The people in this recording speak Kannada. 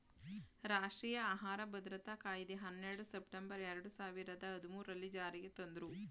ರಾಷ್ಟ್ರೀಯ ಆಹಾರ ಭದ್ರತಾ ಕಾಯಿದೆ ಹನ್ನೆರಡು ಸೆಪ್ಟೆಂಬರ್ ಎರಡು ಸಾವಿರದ ಹದ್ಮೂರಲ್ಲೀ ಜಾರಿಗೆ ತಂದ್ರೂ